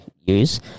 use